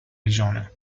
regione